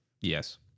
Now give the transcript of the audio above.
Yes